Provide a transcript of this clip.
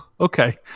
Okay